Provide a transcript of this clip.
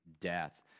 death